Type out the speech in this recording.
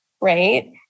right